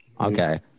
Okay